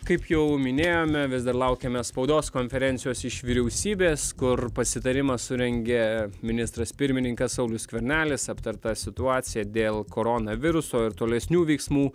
kaip jau minėjome vis dar laukiame spaudos konferencijos iš vyriausybės kur pasitarimą surengė ministras pirmininkas saulius skvernelis aptarta situacija dėl koronaviruso ir tolesnių veiksmų